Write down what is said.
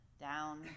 down